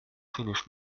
finnish